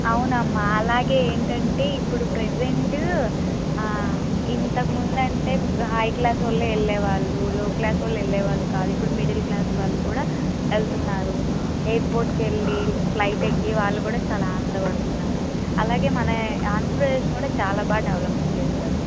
అవునమ్మా అలాగే ఏంటంటే ఇప్పుడు ప్రసెంటు ఆ ఇంతకముందు అంటే హై క్లాస్ వాళ్ళే వెళ్ళే వాళ్ళూ లో క్లాస్ వాళ్ళు వెళ్ళేవాళ్ళు కాదు ఇప్పుడు మిడిల్ క్లాస్ వాళ్ళు కూడా వెళ్తున్నారు ఎయిర్పోర్టుకి వెళ్ళి ఫ్లైట్ ఎక్కి వాళ్ళు కూడా చాలా ఆనంద పడుతున్నారు అలాగే మన ఆంధ్ర ప్రదేశ్ని కూడా చాలా బాగా డెవలప్ చేశారు